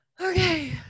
Okay